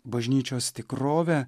bažnyčios tikrovė